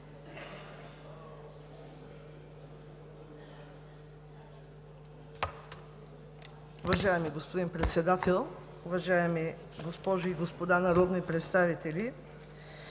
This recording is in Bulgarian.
Уважаеми господин Председател, уважаеми госпожи и господа народни представители!